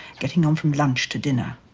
getting on from lunch to dinner.